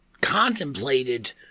contemplated